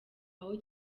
aho